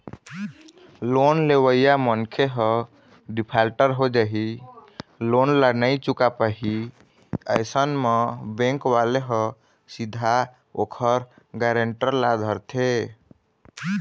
loan लेवइया मनखे ह डिफाल्टर हो जाही लोन ल नइ चुकाय पाही अइसन म बेंक वाले ह सीधा ओखर गारेंटर ल धरथे